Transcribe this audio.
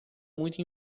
muito